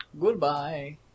Goodbye